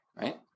right